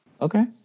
Okay